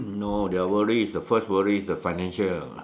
know their worries their first worry is the financial